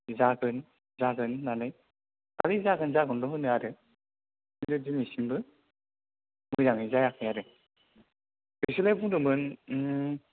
जागोन जागोन होननानै खालि जागोन जागोनल' होनो आरो खिन्थु दिनैसिमबो मोजाङै जायाखै आरो बिसोरलाय बुंदोंमोन